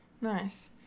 Nice